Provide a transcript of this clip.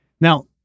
Now